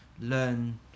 learn